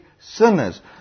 sinners